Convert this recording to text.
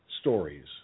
stories